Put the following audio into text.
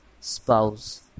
spouse